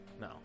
No